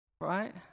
Right